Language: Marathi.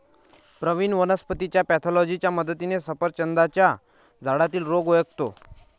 प्रवीण वनस्पतीच्या पॅथॉलॉजीच्या मदतीने सफरचंदाच्या झाडातील रोग ओळखतो